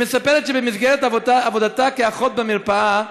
היא מספרת שבמסגרת עבודתה כאחות במרפאה,